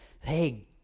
hey